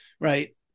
right